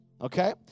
Okay